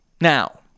Now